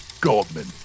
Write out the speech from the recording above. Goldman